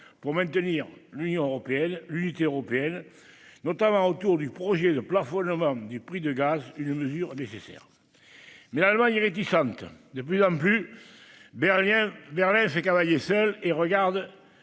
de maintenir l'unité européenne, notamment autour du projet de plafonnement du prix du gaz, une mesure nécessaire. Mais l'Allemagne est réticente. De plus en plus, Berlin fait cavalier seul et regarde